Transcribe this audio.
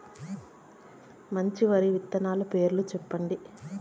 మంచి వరి విత్తనాలు పేర్లు చెప్పండి?